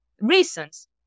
reasons